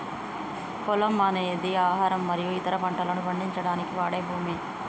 పొలము అనేది ఆహారం మరియు ఇతర పంటలను పండించడానికి వాడే భూమి